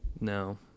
No